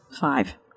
Five